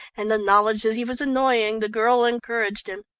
and the knowledge that he was annoying the girl encouraged him.